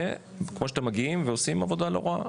כמו שאתם מגיעים ועושים עבודה לא רעה.